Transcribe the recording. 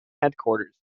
headquarters